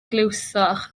glywsoch